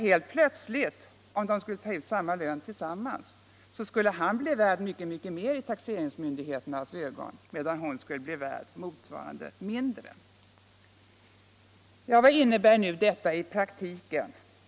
Helt plötsligt skulle — om de tog ut samma lön tillsammans som tidigare — han bli värd mycket mer i taxeringsmyndigheternas ögon medan hon skulle bli värd motsvarande belopp mindre. Vad innebär nu detta i praktiken?